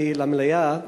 למליאה,